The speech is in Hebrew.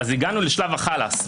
אז הגענו לשלב החלאס.